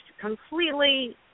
completely